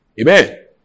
Amen